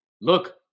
look